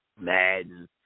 Madden